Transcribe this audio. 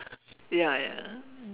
ya ya